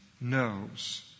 knows